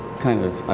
kind of, i